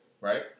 right